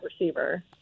receiver